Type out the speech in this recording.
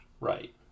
right